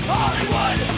Hollywood